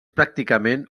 pràcticament